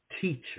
teacher